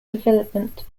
development